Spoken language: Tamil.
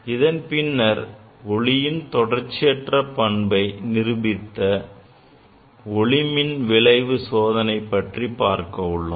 இதன் பின்னர் ஒளியின் தொடர்ச்சியற்ற பண்பை நிரூபித்த ஒளிமின் விளைவு சோதனையை பற்றி பார்க்க உள்ளோம்